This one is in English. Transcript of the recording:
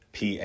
PA